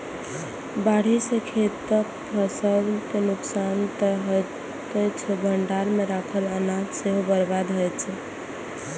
बाढ़ि सं खेतक फसल के नुकसान तं होइते छै, भंडार मे राखल अनाज सेहो बर्बाद होइ छै